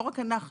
לא רק בשבילנו,